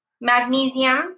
Magnesium